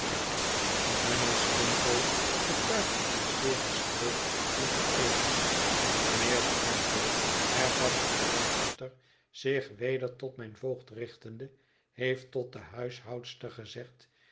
mijnheer skimpole betuigde zich zeer gestreeld en vereerd mijnheer skimpole hervatte sir leicester zich weder tot mijn voogd richtende heeft tot de huishoudster gezegd